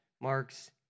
Mark's